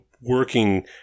working